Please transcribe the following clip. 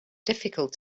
difficult